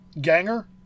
ganger